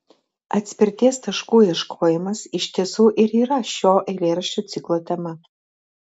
atspirties taškų ieškojimas iš tiesų ir yra šio eilėraščių ciklo tema